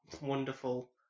wonderful